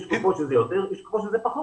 יש תקופות שזה יותר, יש תקופות שזה פחות